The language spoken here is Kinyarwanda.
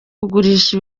kugurisha